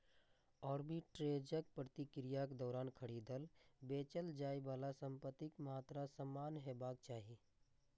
आर्बिट्रेजक प्रक्रियाक दौरान खरीदल, बेचल जाइ बला संपत्तिक मात्रा समान हेबाक चाही